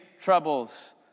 troubles